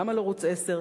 גם בערוץ-10,